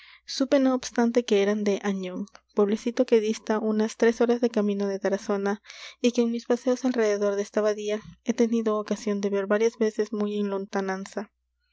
supe no obstante que eran de añón pueblecito que dista unas tres horas de camino de tarazona y que en mis paseos alrededor de esta abadía he tenido ocasión de ver varias veces muy